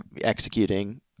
executing